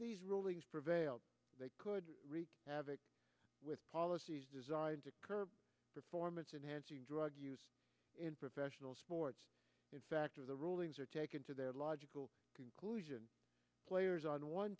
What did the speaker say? these rulings prevail they could wreak havoc with policies designed to curb performance enhancing drug use in professional sports in fact are the rulings are taken to their logical conclusion players on one